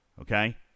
Okay